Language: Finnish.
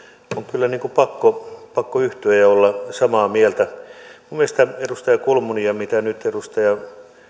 kyllä pakko yhtyä ja on pakko olla samaa mieltä edustaja kulmunin kanssa mitä nyt edustaja